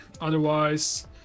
Otherwise